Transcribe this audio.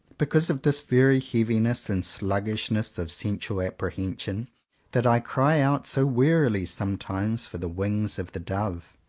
because of this very heaviness and sluggishness of sensual ap prehension that i cry out so wearily some times for the wings of the dove?